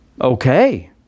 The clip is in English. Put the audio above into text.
okay